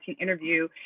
interview